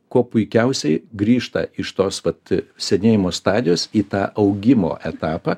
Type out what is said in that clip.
kuo puikiausiai grįžta iš tos vat senėjimo stadijos į tą augimo etapą